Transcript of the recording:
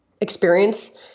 experience